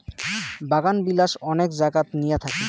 বাগানবিলাস অনেক জাগাত নিয়া থাকি